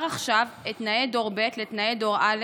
עכשיו את תנאי דור ב' לתנאי דור א',